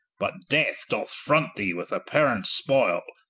but death doth front thee with apparant spoyle,